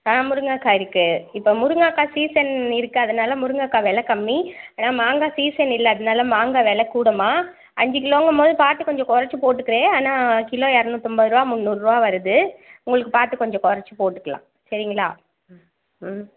ஆ முருங்கைக்கா இருக்குது இப்போ முருங்கைக்கா சீசன் இருக்கிறதுனால முருங்கைக்கா விலை கம்மி ஆனால் மாங்காய் சீசன் இல்லை அதனால மாங்காய் விலை கூடம்மா அஞ்சு கிலோங்கும் போது பார்த்து கொஞ்சம் குறைச்சி போட்டுக்கிறேன் ஆனால் கிலோ இரநூத்தம்பது ரூபா முன்னூறுருவா வருது உங்களுக்கு பார்த்து கொஞ்சம் குறைச்சி போட்டுக்கலாம் சரிங்களா ம்